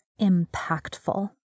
impactful